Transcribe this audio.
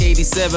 87